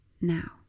now